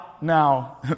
now